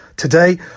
Today